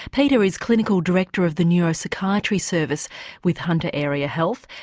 peter is clinical director of the neuropsychiatry service with hunter area health.